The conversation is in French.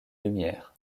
lumière